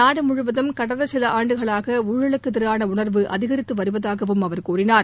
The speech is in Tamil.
நாடு முழுவதும் கடந்த சில ஆண்டுகளாக ஊழலுக்கு எதிராள உனர்வு அதிகரித்து வருவதாகவும் அவர் கூறினார்